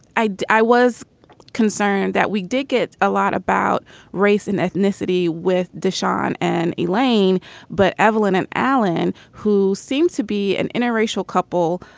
i i was concerned that we did get a lot about race and ethnicity with deshawn and elaine but avalon and allen who seemed to be an interracial couple.